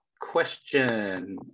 Question